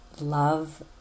love